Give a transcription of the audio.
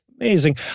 amazing